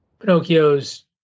Pinocchio's